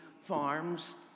farms